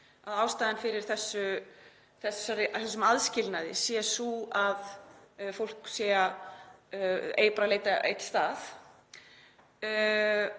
að ástæðan fyrir þessum aðskilnaði sé sú að fólk eigi bara að leita á einn stað